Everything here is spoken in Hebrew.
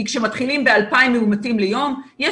כי כשמתחילים ב-2,000 מאומתים ליום יש